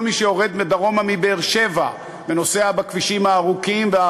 כל מי שיורד דרומה מבאר-שבע ונוסע בכבישים הארוכים,